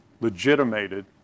legitimated